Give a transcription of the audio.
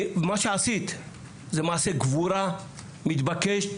מה שעשית זה מעשה גבורה מתבקש.